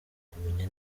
kumenya